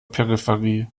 peripherie